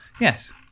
yes